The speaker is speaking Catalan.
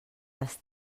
les